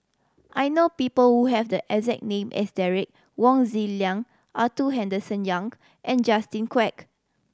I know people who have the exact name as Derek Wong Zi Liang Arthur Henderson Young and Justin Quek